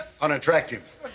unattractive